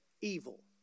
evil